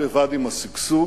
בד בבד עם השגשוג